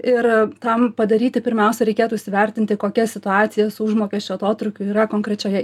ir tam padaryti pirmiausia reikėtų įsivertinti kokia situacija su užmokesčio atotrūkiu yra konkrečioje